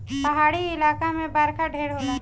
पहाड़ी इलाका मे बरखा ढेर होला